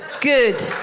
Good